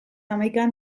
hamaikan